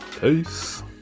peace